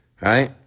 right